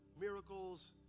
miracles